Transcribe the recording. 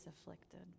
afflicted